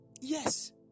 Yes